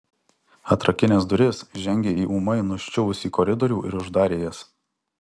atrakinęs duris žengė į ūmai nuščiuvusį koridorių ir uždarė jas